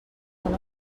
són